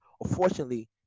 unfortunately